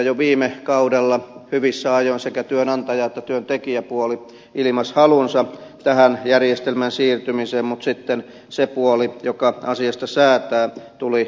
jo viime kaudella hyvissä ajoin sekä työnantaja että työntekijäpuoli ilmaisivat halunsa tähän järjestelmään siirtymiseen mutta sitten se puoli joka asiasta säätää tuli myöhässä